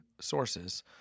sources—